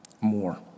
more